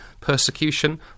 persecution